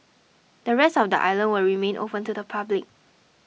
the rest of the island will remain open to the public